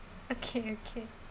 okay okay